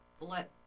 let